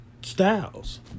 styles